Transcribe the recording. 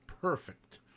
perfect